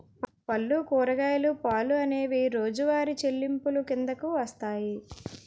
పళ్ళు కూరగాయలు పాలు అనేవి రోజువారి చెల్లింపులు కిందకు వస్తాయి